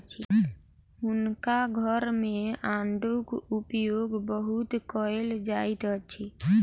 हुनका घर मे आड़ूक उपयोग बहुत कयल जाइत अछि